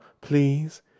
Please